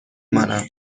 مانم